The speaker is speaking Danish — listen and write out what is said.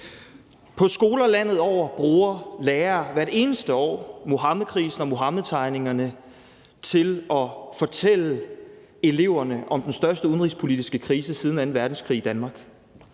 På skoler landet over bruger lærere hvert eneste år Muhammedkrisen og Muhammedtegningerne til at fortælle eleverne om den største udenrigspolitiske krise i Danmark